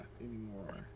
anymore